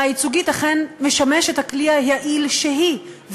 הייצוגית אכן משמשת הכלי היעיל שהיא,